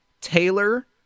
taylor